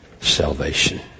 salvation